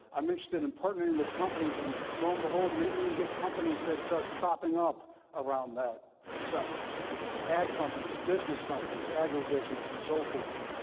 i'm interested in partnering with companies. and lo and behold, maybe we can get companies that start cropping up around that center ag companies, business companies, agro business, and so forth.